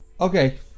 Okay